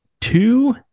two